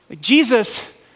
Jesus